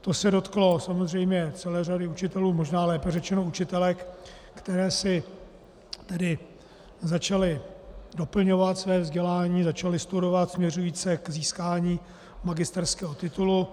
To se dotklo samozřejmě celé řady učitelů, možná lépe řečeno učitelek, které si začaly doplňovat své vzdělání, začaly studovat, směřujíce k získání magisterského titulu.